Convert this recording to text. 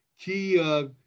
key